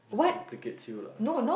implicates you lah